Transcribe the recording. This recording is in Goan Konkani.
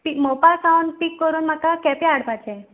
मोपा सावन पीक करून म्हाका केप्यां हाडपाचें